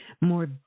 more